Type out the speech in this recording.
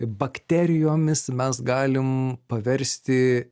bakterijomis mes galim paversti